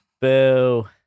Boo